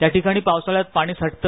त्याठिकाणी पावसाळ्यात पाणी साठत